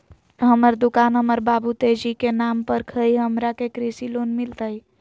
हमर दुकान हमर बाबु तेजी के नाम पर हई, हमरा के कृषि लोन मिलतई?